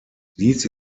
dies